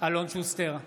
אלון שוסטר,